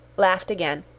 laughed again,